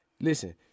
Listen